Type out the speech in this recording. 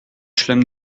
chelem